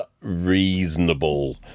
reasonable